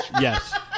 yes